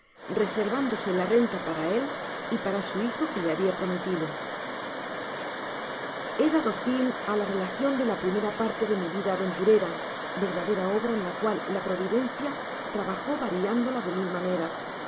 reservándose la renta para él y para su hijo que le habia prometido he dado fin á la relacion de la primera parte de mi vida aventurera verdadera obra en la cual la providencia trabajó variándola de mil maneras una